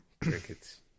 Crickets